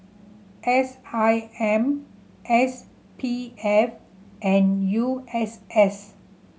S I M S P F and U S S